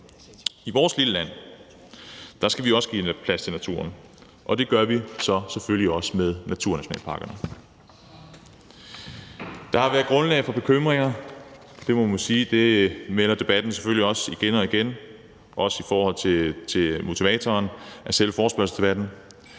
I vores lille land skal vi også give plads til naturen, og det gør vi så selvfølgelig også med naturnationalparkerne. Der har været grundlag for bekymringer, og det må man sige selvfølgelig også melder sig i debatten igen og igen, også i forhold til motivationen for selve forespørgselsdebatten.